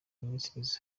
ministries